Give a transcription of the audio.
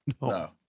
No